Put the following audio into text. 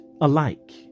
alike